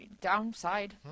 downside